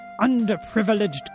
underprivileged